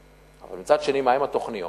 אבל מצד שני, מה עם התוכניות?